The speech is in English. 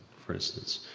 for instance